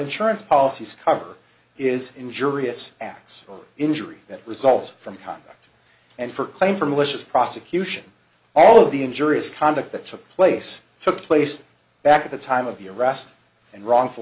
insurance policies cover is injurious acts or injury that results from conduct and for claim for malicious prosecution all of the injurious conduct that took place took place back at the time of year rest and wrongful